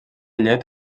llet